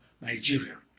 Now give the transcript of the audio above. Nigeria